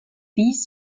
filles